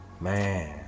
Man